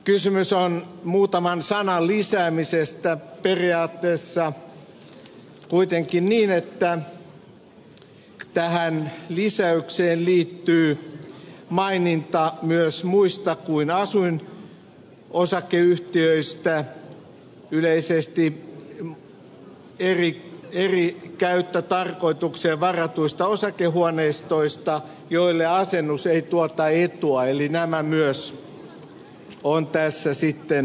kysymys on muutaman sanan lisäämisestä periaatteessa kuitenkin niin että tähän lisäykseen liittyy maininta myös muista kuin asuinosakeyhtiöistä yleisesti eri käyttötarkoitukseen varatuista osakehuoneistoista joille asennus ei tuota etua eli nämä myös on tässä sitten huomioitu